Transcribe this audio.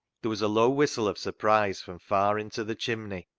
there was a low whistle of surprise from far into the chimney,